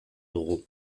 dugu